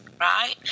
right